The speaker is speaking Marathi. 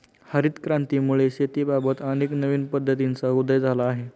हरित क्रांतीमुळे शेतीबाबत अनेक नवीन पद्धतींचा उदय झाला आहे